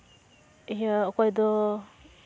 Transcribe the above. ᱤᱭᱟᱹ ᱚᱠᱚᱭ ᱫᱚ